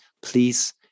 please